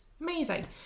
Amazing